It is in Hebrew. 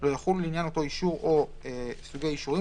לא יחולו לעניין אותו אישור או סוגי אישורים